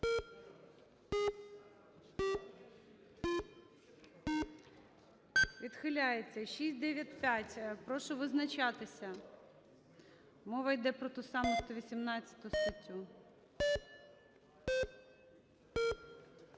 Відхиляється. 694. Прошу визначатися. Мова іде про ту саму 118 статтю.